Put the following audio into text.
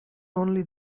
only